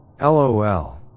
LOL